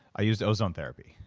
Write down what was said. i used ozone therapy.